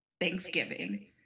Thanksgiving